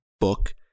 book